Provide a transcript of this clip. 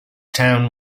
town